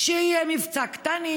שיהיה מבצע "קטנים",